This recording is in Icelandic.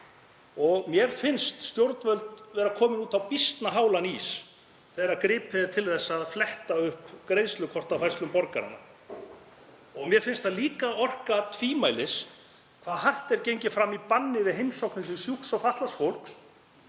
og mér finnst stjórnvöld komin út á býsna hálan ís þegar gripið er til þess að fletta upp greiðslukortafærslum borgaranna. Mér finnst líka orka tvímælis hve hart er gengið fram í banni við heimsóknum til sjúks og fatlaðs fólks,